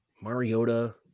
Mariota